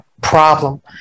problem